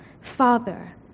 Father